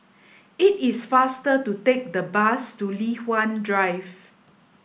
it is faster to take the bus to Li Hwan Drive